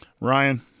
Ryan